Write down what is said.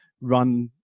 run